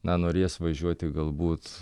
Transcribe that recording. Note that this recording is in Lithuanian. na norės važiuoti galbūt